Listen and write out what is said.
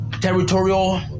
territorial